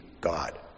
God